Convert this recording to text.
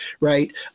right